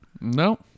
no